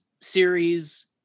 series